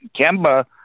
Kemba